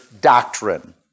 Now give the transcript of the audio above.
doctrine